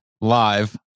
live